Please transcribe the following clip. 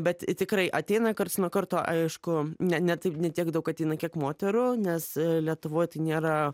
bet tikrai ateina karts nuo karto aišku ne ne taip ne tiek daug ateina kiek moterų nes lietuvoj tai nėra